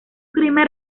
crimen